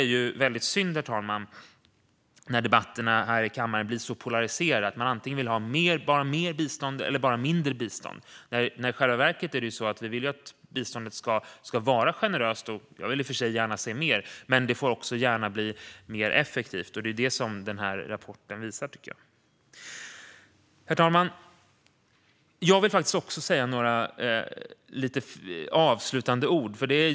Det är väldigt synd när debatterna här i kammaren blir så polariserade att man antingen bara vill ha mer bistånd eller bara vill ha mindre bistånd. I själva verket vill vi att biståndet ska vara generöst. Jag vill i och för sig gärna se mer, men det får också gärna bli mer effektivt. Det är det som denna rapport visar, tycker jag. Herr talman! Jag vill faktiskt också säga några avslutande ord.